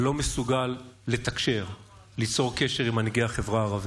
לא מסוגל לתקשר וליצור קשר עם מנהיגי החברה הערבית.